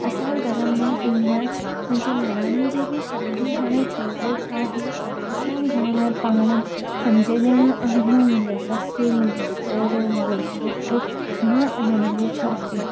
असां घर में ईंअ मुंजी निणान जी बि शादी हाणे थी वई आहे असां घर में पाण पंज ॼणा आहियूं मुंहिंजा सस मुंहिंजो सहुरो मुंजो घोटु मां अने मुंहिंजी छोकिरी